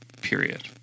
period